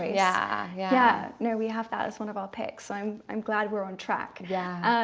yeah yeah, there we have that is one of our picks. i'm i'm glad we're on track yeah,